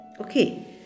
okay